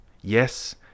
Yes